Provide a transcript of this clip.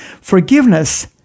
forgiveness